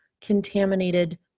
contaminated